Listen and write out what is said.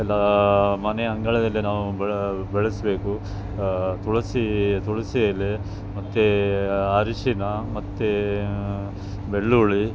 ಎಲ್ಲಾ ಮನೆ ಅಂಗಳದಲ್ಲೇ ನಾವು ಬಳ ಬಳಸಬೇಕು ತುಳಸಿ ತುಳಸಿ ಎಲೆ ಮತ್ತು ಅರಶಿನ ಮತ್ತು ಬೆಳ್ಳುಳ್ಳಿ